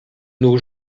nos